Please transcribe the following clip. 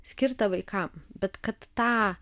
skirtą vaikam bet kad tą